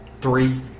three